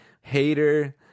Hater